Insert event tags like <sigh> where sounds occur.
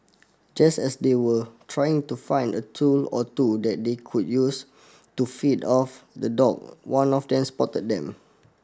just as they were trying to find a tool or two that they could use to feed off the dog one of them <unintelligible> spotted them